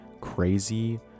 crazy